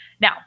now